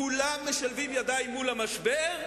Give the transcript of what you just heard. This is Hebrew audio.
כולם משלבים ידיים במשבר,